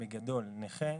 בגדול, נכה